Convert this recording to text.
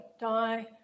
die